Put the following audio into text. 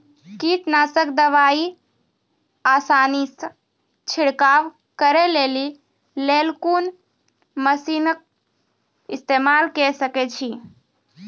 कीटनासक दवाई आसानीसॅ छिड़काव करै लेली लेल कून मसीनऽक इस्तेमाल के सकै छी?